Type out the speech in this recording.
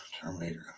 Terminator